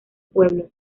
pueblos